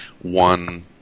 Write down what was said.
one